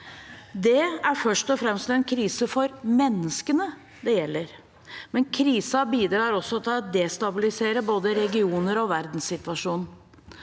Det er først og fremst en krise for menneskene det gjelder, men krisen bidrar også til å destabilisere både regioner og verdenssituasjonen,